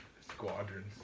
Squadrons